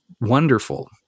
wonderful